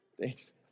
thanks